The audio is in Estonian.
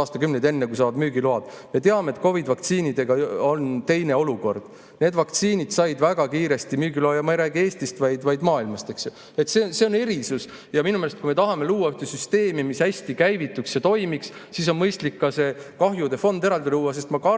aastakümneid, enne kui need saavad müügiload.Me teame, et COVID‑i vaktsiinidega on teine olukord. Need vaktsiinid said väga kiiresti müügiloa, ja ma ei räägi Eestist, vaid maailmast. See on erisus. Minu meelest, kui me tahame luua süsteemi, mis hästi käivituks ja toimiks, on mõistlik luua see kahjude fond eraldi. Sest praegu